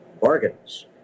bargains